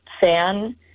fan